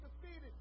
defeated